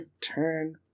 turn